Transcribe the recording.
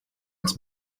its